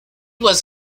was